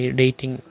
dating